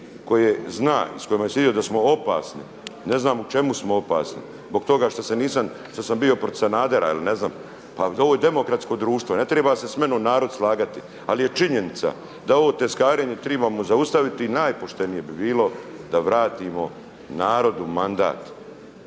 koje zna i s kojima je sjedio da smo opasni. Ne znam u čemu smo opasni? Zbog toga što se nisam, što sam bio protiv Sanadera ili ne znam? Pa ovo je demokratsko društvo, ne treba se samnom narod slagati. Ali je činjenica da ovo tezgarenje trebamo zaustaviti i najpoštenije bi bilo da vratimo narodu mandat.